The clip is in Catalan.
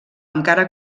encara